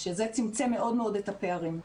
שזה צמצם מאוד מאוד את הפערים.